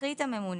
החליט הממונה,